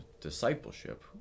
discipleship